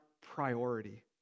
priority